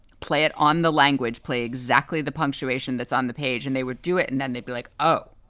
play it on the language, play exactly the punctuation that's on the page. and they would do it. and then they'd be like, oh